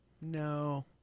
No